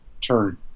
turn